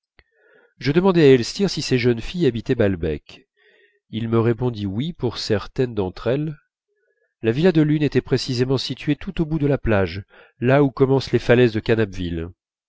je demandai à elstir si ces jeunes filles habitaient balbec il me répondit oui pour certaines d'entre elles la villa de l'une était précisément située tout au bout de la plage là où commencent les falaises du